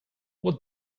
what